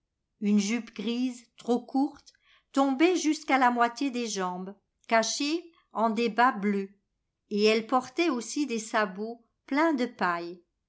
une jupe grise trop courte tombait jusqu'à la moitié des jambes cachées en des bas bleus et elle portait aussi des sabots pleins de paille